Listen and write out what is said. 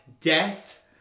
death